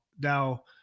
Now